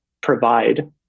provide